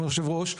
כבוד היושב-ראש,